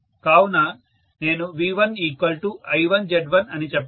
కావున నేను V1I1Z1 అని చెప్పగలను